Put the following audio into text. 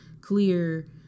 clear